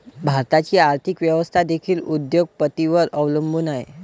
भारताची आर्थिक व्यवस्था देखील उद्योग पतींवर अवलंबून आहे